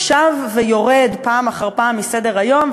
שב ויורד פעם אחר פעם מסדר-היום,